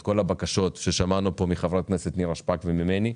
את כל הבקשות ששמענו פה מחברת הכנסת נירה שפק וממני,